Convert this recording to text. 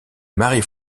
marie